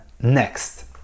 next